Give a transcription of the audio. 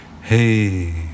hey